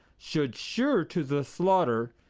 should sure to the slaughter,